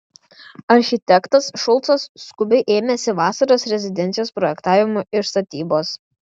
architektas šulcas skubiai ėmėsi vasaros rezidencijos projektavimo ir statybos